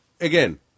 Again